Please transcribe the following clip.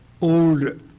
old